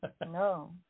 No